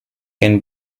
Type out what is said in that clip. can